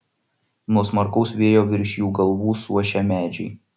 nuo smarkaus vėjo virš jų galvų suošia medžiai